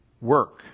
work